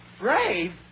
Brave